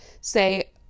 say